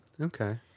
okay